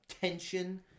tension